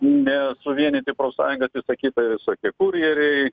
net suvienyti profsąjungas visa kita visokie kurjeriai